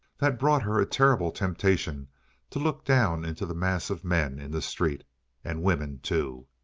that brought her a terrible temptation to look down into the mass of men in the street and women, too!